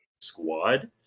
squad